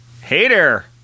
hater